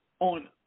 on